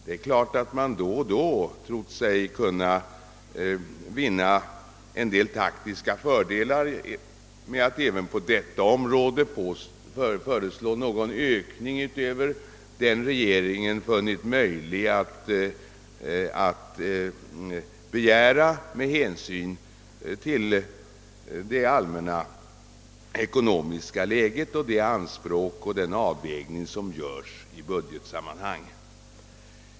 Självfallet har man då och då trott sig kunna vinna en del taktiska fördelar med att även på detta område föreslå någon ökning utöver vad regeringen funnit möjligt att begära med hänsyn till det allmänna ekonomiska läget och den avvägning som görs i budgetsammanhang.